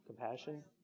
Compassion